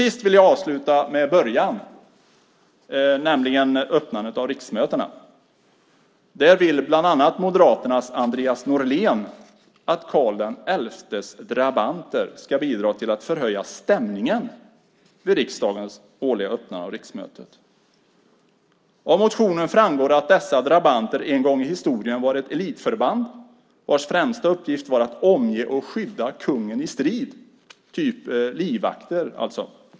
Jag vill avsluta med början, nämligen öppnandet av riksmötena. Där vill bland andra Moderaternas Andreas Norlén att Karl XI:s drabanter ska bidra till att förhöja stämningen. Av motionen framgår att dessa drabanter en gång i historien var ett elitförband vars främsta uppgift var att omge och skydda kungen i strid - typ livvakter, alltså.